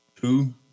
Two